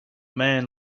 man